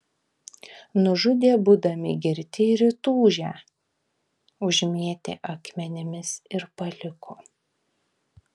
nužudė būdami girti ir įtūžę užmėtė akmenimis ir paliko